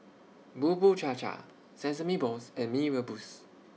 Bubur Cha Cha Sesame Balls and Mee Rebus